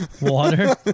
water